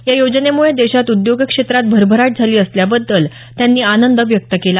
या योजनेमुळे देशात उद्योग क्षेत्रात भरभराट झाली असल्याबद्दल त्यांनी आनंद व्यक्त केला